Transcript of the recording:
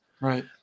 Right